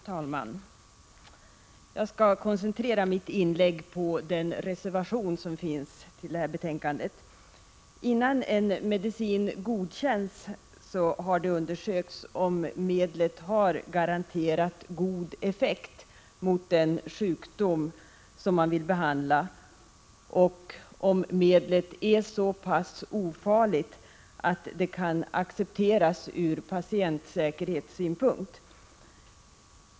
Fru talman! Jag skall koncentrera mitt inlägg på den reservation som avgivits till det här betänkandet. Innan en medicin godkänns i vårt land har det undersökts om medlet har en garanterat god effekt mot den sjukdom man vill behandla och om medlet är så pass ofarligt att det kan accepteras ur patientsäkerhetssynpunkt.